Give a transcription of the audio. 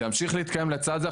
זה ימשיך להתקיים לצד זה,